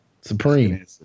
Supreme